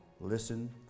listen